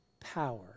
power